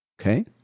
Okay